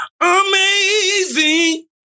amazing